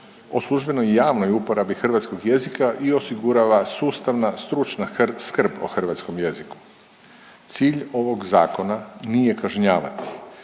o službenoj i javnoj uporabi hrvatskog jezika i osigurava sustavna, stručna skrb o hrvatskom jeziku. Cilj ovog zakona nije kažnjavati,